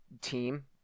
team